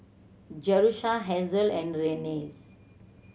Jerusha Hasel and Renae's